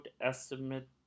estimate